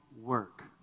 work